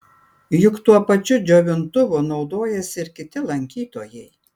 juk tuo pačiu džiovintuvu naudojasi ir kiti lankytojai